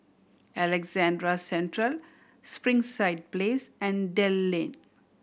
Alexandra Central Springside Place and Dell Lane